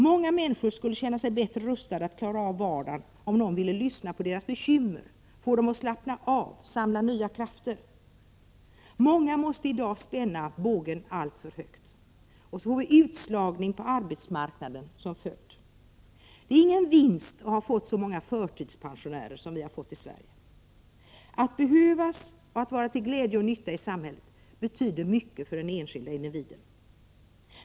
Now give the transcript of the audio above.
Många människor skulle känna sig bättre rustade att klara av vardagen om någon ville lyssna på deras bekymmer, få dem att slappna av och samla nya krafter. Många måste i dag spänna bågen alltför högt med utslagning från arbetsmarknaden som följd. Det är ingen vinst att så många har förtidspensionerats i Sverige. Att behövas och att vara till glädje och nytta i samhället betyder mycket för den enskilda individen.